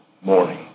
morning